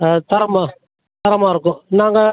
தரமாக தரமாக இருக்கும் நாங்கள்